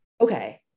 Okay